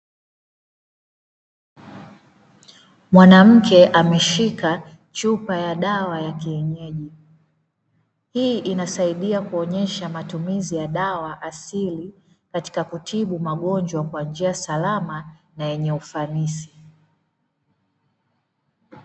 Mwanamke ameshika chupa ya dawa ya kienyeji, hii inasaidia kuonyesha matumizi ya dawa asili katika kutibu magonjwa kwa njia salama na yenye ufanisi.